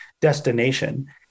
destination